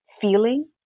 feeling